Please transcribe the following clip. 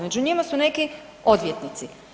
Među njima su neki odvjetnici.